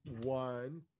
one